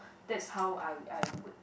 that's how I I would